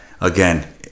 again